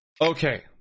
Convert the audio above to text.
Okay